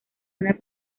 una